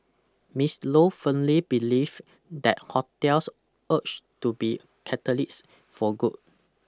Miss Lo firmly believe that hotels urge to be catalysts for good